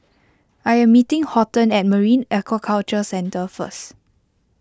I am meeting Horton at Marine Aquaculture Centre first